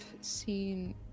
seen